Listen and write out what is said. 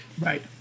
right